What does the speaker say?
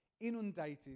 inundated